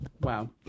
Wow